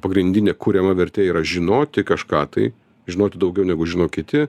pagrindinė kuriama vertė yra žinoti kažką tai žinoti daugiau negu žino kiti